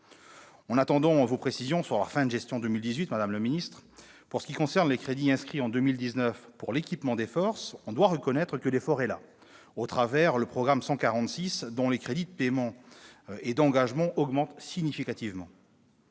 En attendant vos précisions sur la fin de gestion 2018, madame la ministre, pour ce qui concerne les crédits inscrits en 2019 pour l'équipement des forces, on doit reconnaître que l'effort est là, au travers du programme 146 dont les crédits de paiement et d'engagement augmentent significativement.